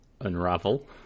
Unravel